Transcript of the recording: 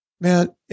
man